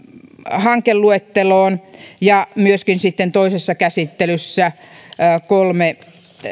hankeluetteloon ja myöskin sitten toisessa käsittelyssä kolme